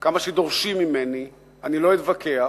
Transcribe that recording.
כמה שדורשים ממני, אני לא אתווכח,